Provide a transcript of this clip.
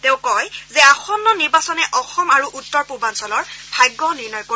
তেওঁ কয় যে আসন্ন নিৰ্বাচনে অসম আৰু উত্তৰ পূৰ্বাঞ্ণলৰ ভাগ্য নিৰ্ণয় কৰিব